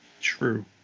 True